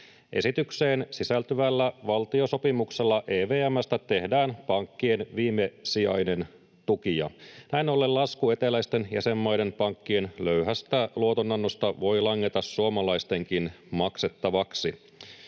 Esitykseen sisältyvällä valtiosopimuksella EVM:stä tehdään pankkien viimesijainen tukija. Näin ollen lasku eteläisten jäsenmaiden pankkien löyhästä luotonannosta voi langeta suomalaistenkin maksettavaksi.